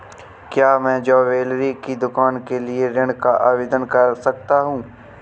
क्या मैं ज्वैलरी की दुकान के लिए ऋण का आवेदन कर सकता हूँ?